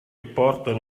portano